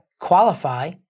qualify